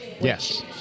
Yes